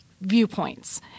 viewpoints